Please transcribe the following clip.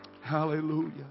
Hallelujah